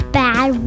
bad